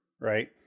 right